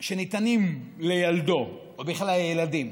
שניתנים לילדו, ובכלל לילדים,